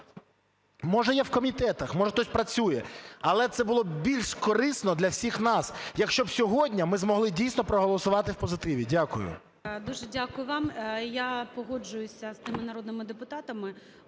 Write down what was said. може є в комітетах, може хтось працює, але це було б більш корисно для всіх нас, якщо б сьогодні ми змогли, дійсно, проголосувати у позитиві. Дякую. ГОЛОВУЮЧИЙ. Дуже дякую вам. Я погоджуюсь з тими народними депутатами,